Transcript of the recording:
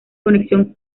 conexión